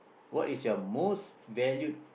what is your most valued